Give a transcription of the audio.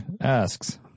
asks